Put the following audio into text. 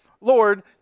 Lord